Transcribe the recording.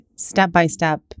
step-by-step